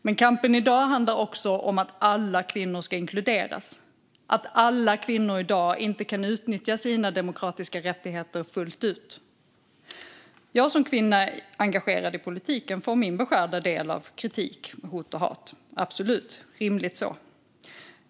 Men kampen i dag handlar också om att alla kvinnor ska inkluderas och att alla kvinnor i dag inte kan utnyttja sina demokratiska rättigheter fullt ut. Jag som kvinna engagerad i politiken får min beskärda del av kritik, hot och hat - absolut, och det är rimligt.